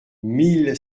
mille